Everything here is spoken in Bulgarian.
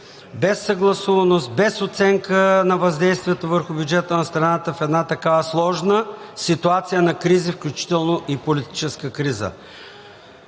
без съгласуваност, без оценка на въздействието върху бюджета на страната в една такава сложна ситуация на кризи, включително и политическа криза.